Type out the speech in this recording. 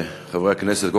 חברי חברי הכנסת,